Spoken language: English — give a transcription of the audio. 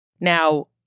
Now